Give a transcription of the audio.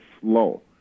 slow